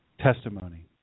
testimony